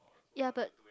ya but